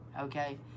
okay